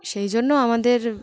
সেই জন্য আমাদের